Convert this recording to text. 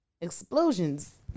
explosions